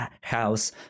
house